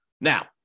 Now